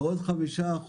ועוד 5%,